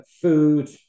food